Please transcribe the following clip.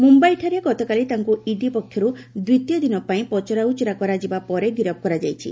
ମୁମ୍ୟାଇଠାରେ ଗତକାଲି ତାଙ୍କୁ ଇଡି ପକ୍ଷରୁ ଦ୍ୱିତୀୟ ଦିନ ପାଇଁ ପଚରାଉଚରା କରାଯିବା ପରେ ଗିରଫ କରାଯାଇଛି